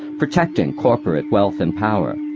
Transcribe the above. protecting corporate wealth and power,